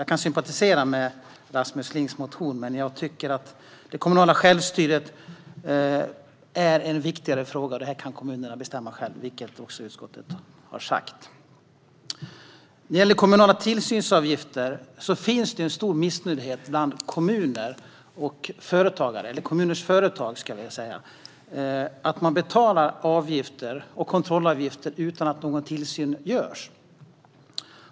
Jag kan sympatisera med Rasmus Lings motion men tycker att det kommunala självstyret är en viktigare fråga. Det här kan kommunerna själva bestämma, vilket utskottet också har sagt. När det gäller kommunala tillsynsavgifter finns det ett stort missnöje bland kommuners företag med att de får betala tillsynsavgifter utan att någon tillsyn görs.